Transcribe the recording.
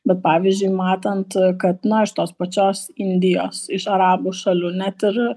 bet pavyzdžiui matant kad na iš tos pačios indijos iš arabų šalių net ir